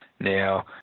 Now